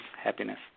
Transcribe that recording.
happiness